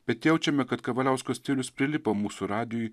bet jaučiame kad kavaliausko stilius prilipo mūsų radijuj